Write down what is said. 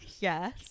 Yes